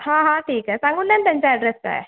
हां हां ठीक आहे सांगून द्या ना त्यांचा ॲड्रेस काय आहे